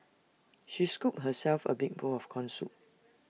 she scooped herself A big bowl of Corn Soup